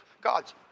gods